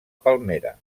palmera